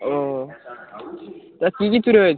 ও তা কী কী চুরি হয়েছে